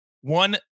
one